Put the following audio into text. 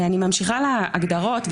אני ממשיכה להגדרות,